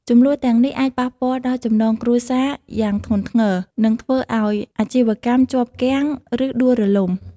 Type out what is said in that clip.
ជម្លោះទាំងនេះ អាចប៉ះពាល់ដល់ចំណងគ្រួសារយ៉ាងធ្ងន់ធ្ងរ និងធ្វើឲ្យអាជីវកម្មជាប់គាំង ឬដួលរលំ។